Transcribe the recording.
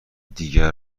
دیگر